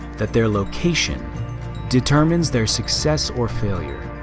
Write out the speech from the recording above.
that their location determines their success or failure.